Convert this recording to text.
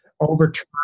overturn